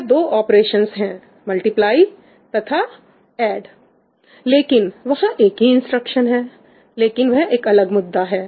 वह दो ऑपरेशंस है मल्टीप्लाई तथा एड लेकिन वहां एक ही इंस्ट्रक्शन है लेकिन वह एक अलग मुद्दा है